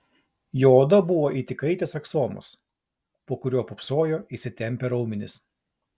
jo oda buvo it įkaitęs aksomas po kuriuo pūpsojo įsitempę raumenys